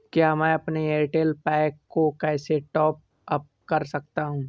मैं अपने Airtel pack को कैसे टॉप अप कर सकता हूँ?